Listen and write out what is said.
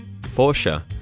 Porsche